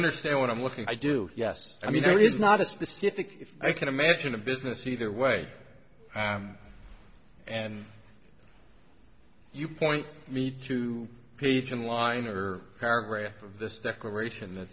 understand what i'm looking i do yes i mean there is not a specific i can imagine a business either way and you point me to page in line or paragraph of this declaration that